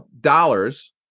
dollars